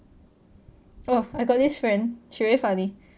oh I got this friend she very funny